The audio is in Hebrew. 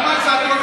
באופן חברי,